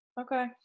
Okay